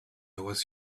was